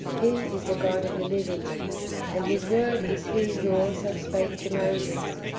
he is the god of the living and his word is he who also spake to moses,